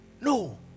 no